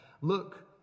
look